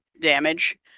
damage